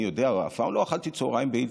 אני יודע, אף פעם לא אכלתי צוהריים בהילטון.